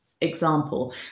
example